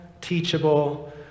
teachable